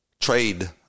trade